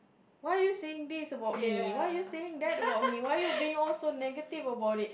why are you saying this about me why are you saying that about me why are you being all so negative about it